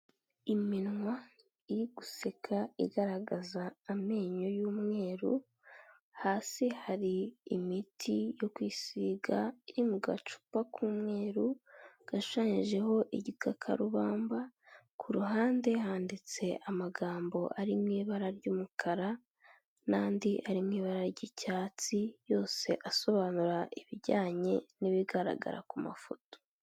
Iminwa iri guseka igaragaza amenyo y'umweru, hasi hari imiti yo kwisiga iri mu gacupa k'umweru gashushanyijeho igikakarubamba, ku ruhande handitse amagambo ari mu ibara ry'umukara n'andi ari mu ibara ry'icyatsi, yose asobanura ibijyanye n'ibigaragara ku mafoto.